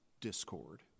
discord